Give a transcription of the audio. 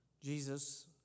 Jesus